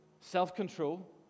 self-control